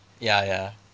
ya ya